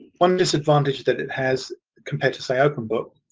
one disadvantage that it has compared to say openbook,